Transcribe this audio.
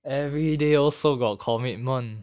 everyday also got commitment